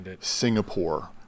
Singapore